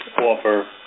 offer